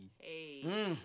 Hey